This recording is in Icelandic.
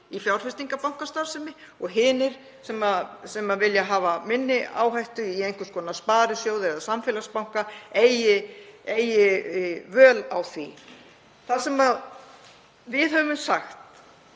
í fjárfestingarbankastarfsemi og hinir sem vilja hafa minni áhættu í einhvers konar sparisjóði eða samfélagsbanka eigi völ á því? Það sem við höfum sagt